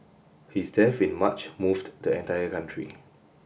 his death in March moved the entire country